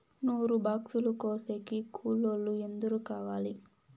నూరు బాక్సులు కోసేకి కూలోల్లు ఎందరు కావాలి?